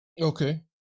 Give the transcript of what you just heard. Okay